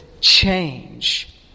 change